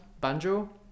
Banjo